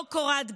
לא קורת גג.